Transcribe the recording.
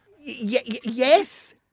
Yes